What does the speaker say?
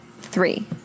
three